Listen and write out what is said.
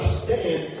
stand